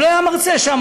אבל הוא היה מרצה שם.